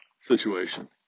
situation